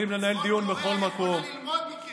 אתם לא נותנים לי לשאול שאילתה.